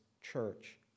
church